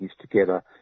together